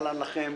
שלום לכם,